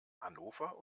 hannover